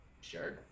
sure